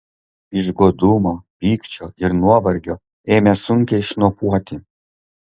iš godumo pykčio ir nuovargio ėmė sunkiai šnopuoti